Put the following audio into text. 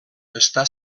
està